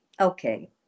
okay